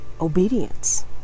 obedience